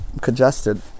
congested